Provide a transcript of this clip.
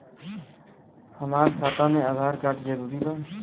हमार खाता में आधार कार्ड जरूरी बा?